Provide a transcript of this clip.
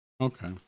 Okay